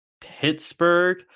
Pittsburgh